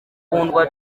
kundwa